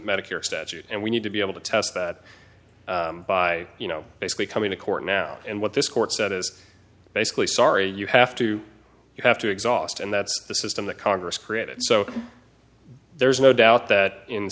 medicare statute and we need to be able to test that by you know basically coming to court now and what this court said is basically sorry you have to you have to exhaust and that's the system that congress created so there's no doubt that in